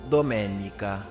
Domenica